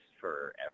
forever